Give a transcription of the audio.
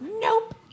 nope